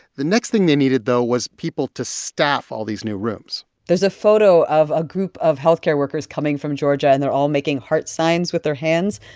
the next thing they needed, though, was people to staff all these new rooms there's a photo of a group of health care workers coming from georgia. and they're all making heart signs with their hands.